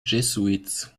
jesuits